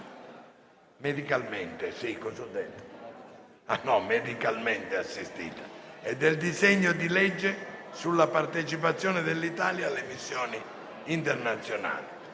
redigente, sulla morte medicalmente assistita e del disegno di legge sulla partecipazione dell'Italia alle missioni internazionali.